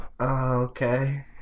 Okay